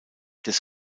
des